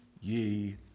ye